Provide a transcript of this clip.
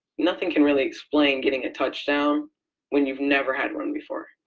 nothing can really explain getting a touchdown when you've never had one before.